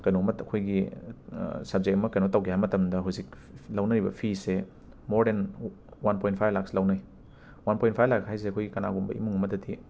ꯀꯅꯣꯃꯇ ꯑꯩꯈꯣꯏꯒꯤ ꯁꯞꯖꯦꯛ ꯑꯃ ꯀꯩꯅꯣ ꯇꯧꯒꯦ ꯍꯥꯏ ꯃꯇꯝꯗ ꯍꯧꯖꯤꯛ ꯂꯧꯅꯔꯤꯕ ꯐꯤꯁꯦ ꯃꯣꯔ ꯗꯦꯟ ꯋ ꯋꯥꯟ ꯄꯣꯏꯟ ꯐꯥꯏ ꯂꯥꯛꯁ ꯂꯧꯅꯩ ꯋꯥꯟ ꯄꯣꯏꯟ ꯐꯥꯏ ꯂꯥꯛ ꯍꯥꯏꯁꯦ ꯑꯩꯈꯣꯏ ꯀꯅꯥꯒꯨꯝꯕ ꯏꯃꯨꯡ ꯑꯃꯗꯗꯤ